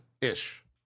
ish